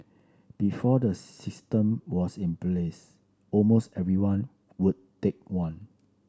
before the system was in place almost everyone would take one